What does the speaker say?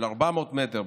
של 400 מטר,